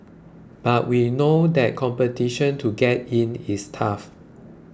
but we know that competition to get in is tough